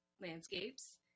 landscapes